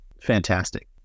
fantastic